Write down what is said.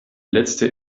letzte